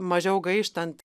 mažiau gaištant